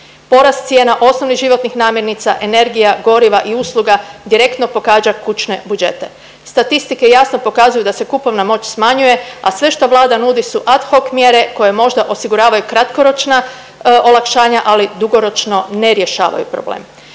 Porast cijena osnovnih životnih namirnica, energija, goriva i usluga direktno pogađa kućne budžete. Statistike jasno pokazuju da se kupovna moć smanjuje, a sve što Vlada nudi su ad hoc mjere koje možda osiguravaju kratkoročna olakšanja, ali dugoročno ne rješavaju problem.